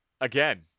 again